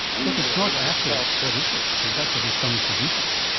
so if it's not acid, what is it? because that's what the stomach produces.